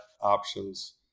options